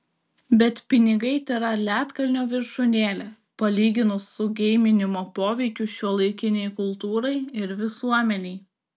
bet pinigai tėra ledkalnio viršūnėlė palyginus su geiminimo poveikiu šiuolaikinei kultūrai ir visuomenei